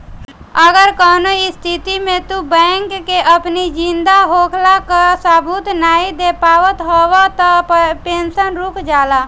अगर कवनो स्थिति में तू बैंक के अपनी जिंदा होखला कअ सबूत नाइ दे पावत हवअ तअ पेंशन रुक जाला